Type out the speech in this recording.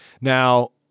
Now